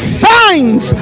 signs